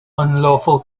unlawful